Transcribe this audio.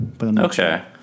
Okay